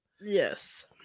Yes